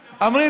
אמיר,